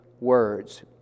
words